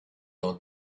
l’on